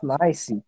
nice